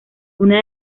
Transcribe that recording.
una